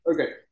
Okay